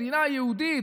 מדינה יהודית,